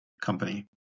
company